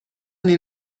این